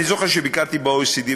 אני זוכר שביקרתי ב-OECD,